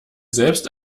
selbst